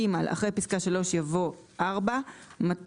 "אחרי פסקה (3) יבוא: "(4)מטוס,